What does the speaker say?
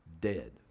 dead